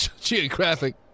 Geographic